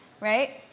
right